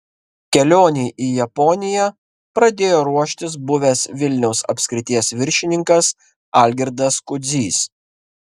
kelionei į japoniją pradėjo ruoštis buvęs vilniaus apskrities viršininkas algirdas kudzys